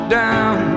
down